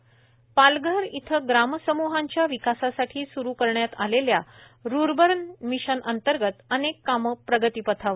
त पालघर इथं ग्राम समूहांच्या विकासासाठी सुरू करण्यात आलेल्या रूर्बन मिशन अंर्तगत अनेक कामे प्रगतीपथावर